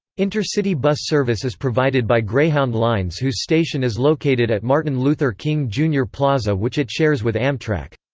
intercity bus service is provided by greyhound lines whose station is located at martin luther king, jr. plaza which it shares with amtrak.